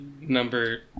number